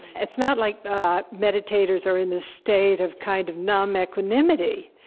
it's not like meditators are in this state of kind of numb equanimity.